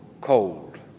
cold